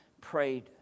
prayed